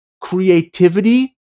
Creativity